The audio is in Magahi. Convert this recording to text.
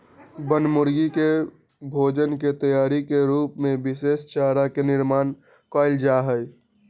बनमुर्गी के भोजन के तैयारी के रूप में विशेष चारा के निर्माण कइल जाहई